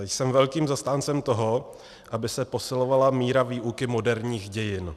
Jsem velkým zastáncem toho, aby se posilovala míra výuky moderních dějin.